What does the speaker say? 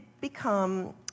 become